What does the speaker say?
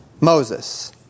Moses